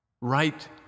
right